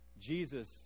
Jesus